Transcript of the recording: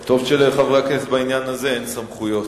טוב שלחברי הכנסת בעניין הזה אין סמכויות.